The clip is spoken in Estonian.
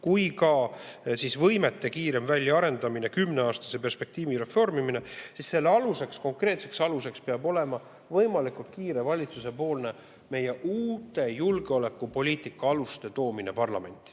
kui ka võimete kiirem väljaarendamine, kümneaastase perspektiivi reformimine. Selle konkreetseks aluseks peab olema võimalikult kiire valitsusepoolne uute julgeolekupoliitika aluste toomine parlamenti.